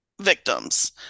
victims